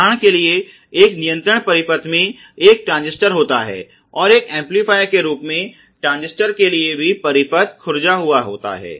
उदाहरण के लिए एक नियंत्रण परिपथ में एक ट्रांजिस्टर होता है और एक एम्पलीफायर के रूप में ट्रांजिस्टर के लिए भी परिपथ खुरजा हुआ होता है